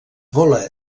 vola